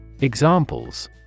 Examples